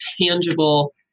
tangible